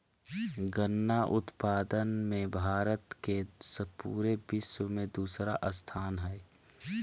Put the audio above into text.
गन्ना उत्पादन मे भारत के पूरे विश्व मे दूसरा स्थान हय